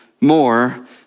more